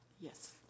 yes